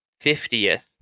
fiftieth